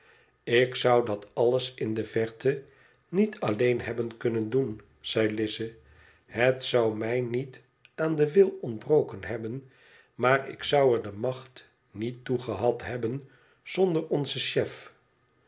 ik zou dat alles in de verte niet alleen hebben kunnen doen zei lize f het zou mij niet aan den wil ontbroken hebben maar ik zou er de macht niet toe gehad hebben zonder onzen chef